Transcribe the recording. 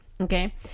okay